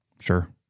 Sure